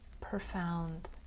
profound